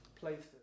places